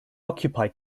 occupy